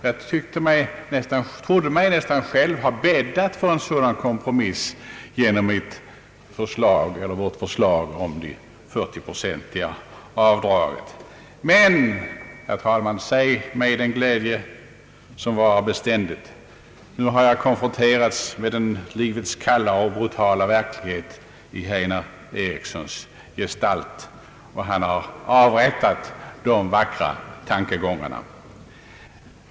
Jag trodde mig nästan ha bäddat för en sådan kompromiss genom vårt förslag om det 40-procentiga avdraget. Men säg mig, herr talman, den glädje som varar beständigt! Nu har jag konfronterats med livets kalla och brutala verklighet i herr Einar Erikssons gestalt, och han har avrättat de vackra tankegångarna.